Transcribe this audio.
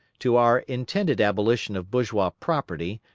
to our intended abolition of bourgeois property,